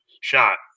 shot